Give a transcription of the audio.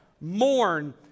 mourn